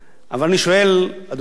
אבל אני שואל, אדוני היושב-ראש,